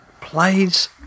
plays